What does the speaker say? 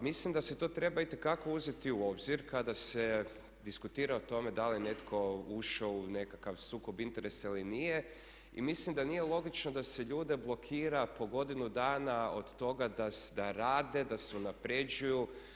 Mislim da se to treba itekako uzeti u obzir kada se diskutira o tome da li je netko ušao u nekakav sukob interesa ili nije i mislim da nije logično da se ljude blokira po godinu dana od toga da rade, da se unapređuju.